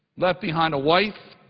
left behind a wife,